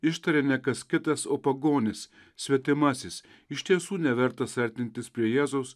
ištaria ne kas kitas o pagonis svetimasis iš tiesų nevertas artintis prie jėzaus